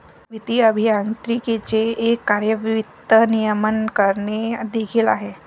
वित्तीय अभियांत्रिकीचे एक कार्य वित्त नियमन करणे देखील आहे